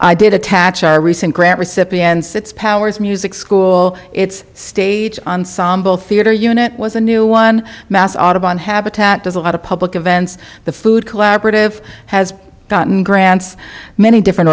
i did attach our recent grant recipients its powers music school its stage ensemble theater unit was a new one mass audubon habitat does a lot of public events the food collaborative has gotten grants many different